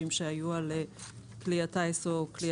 החובה הזאת היא גם על כלי טיס וגם על כלי